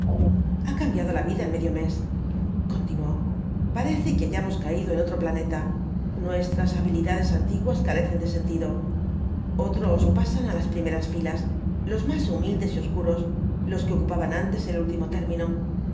ha cambiado la vida en medio mes continuó parece que hayamos caído en otro planeta nuestras habilidades antiguas carecen de sentido otros pasan á las primeras ñlas los más humildes y obscuros los que ocupaban antes el último término